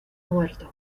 muerto